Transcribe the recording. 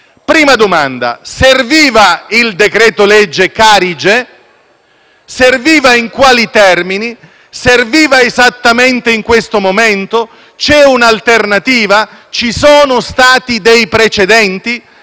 alcune domande: serviva il decreto-legge Carige? In quali termini? Serviva esattamente in questo momento? C'è un'alternativa? Ci sono stati dei precedenti?